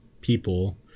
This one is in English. people